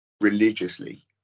religiously